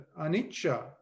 anicca